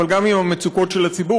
אבל גם עם המצוקות של הציבור,